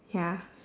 ya